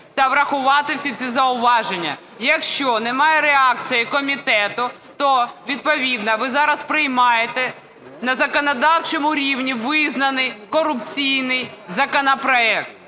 та врахувати всі ці зауваження. Якщо немає реакції комітету, то відповідно ви зараз приймаєте на законодавчому рівні визнаний корупційний законопроект.